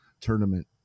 tournament